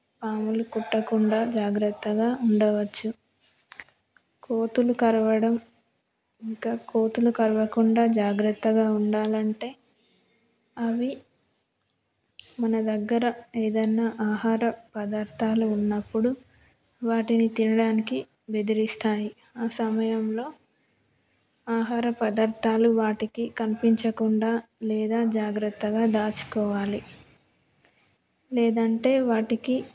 పాములు కుట్టకుండా జాగ్రత్తగా ఉండవచ్చు కోతులు కరవడం ఇంకా కోతులు కరవకుండా జాగ్రత్తగా ఉండాలంటే అవి మన దగ్గర ఏదన్నా ఆహార పదార్థాలు ఉన్నప్పుడు వాటిని తినడానికి బెదిరిస్తాయి ఆ సమయంలో ఆహార పదార్థాలు వాటికి కనిపించకుండా లేదా జాగ్రత్తగా దాచుకోవాలి లేదంటే వాటికి